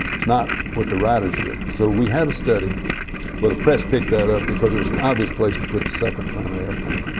it's not what the ridership. so we had a study well the press picked that up because it was an obvious place to put the second atlanta airport.